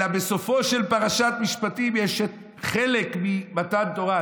אלא בסופה של פרשת משפטים יש את חלק ממתן תורה,